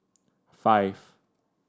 five